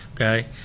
Okay